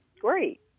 Great